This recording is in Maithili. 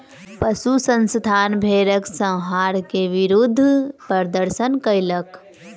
पशु संस्थान भेड़क संहार के विरुद्ध प्रदर्शन कयलक